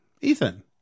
Ethan